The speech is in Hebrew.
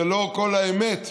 זה לא כל האמת.